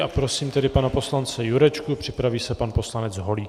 A prosím tedy pana poslance Jurečku, připraví se pan poslanec Holík.